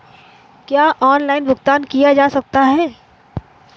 क्या ऑनलाइन भुगतान किया जा सकता है?